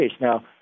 Now